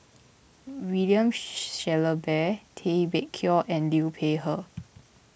William Shellabear Tay Bak Koi and Liu Peihe